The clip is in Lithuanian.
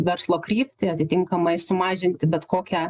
verslo kryptį atitinkamai sumažinti bet kokią